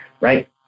right